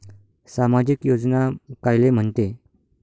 सामाजिक योजना कायले म्हंते?